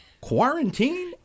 Quarantine